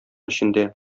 эчендә